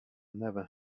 never